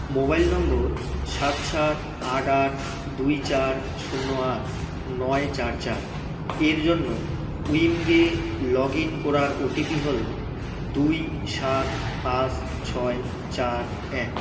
mobile নম্বর সাত সাত আট আট দুই চার শূন্য আট নয় চার চার এর জন্য উমঙ্গে লগ ইন করার ওটিপি হলো দুই সাত পাঁচ ছয় চার এক